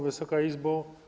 Wysoka Izbo!